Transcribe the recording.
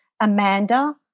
Amanda